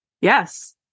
Yes